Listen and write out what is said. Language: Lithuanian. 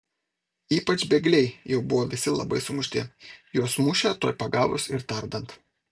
ypač bėgliai jau buvo visi labai sumušti juos mušė tuoj pagavus ir tardant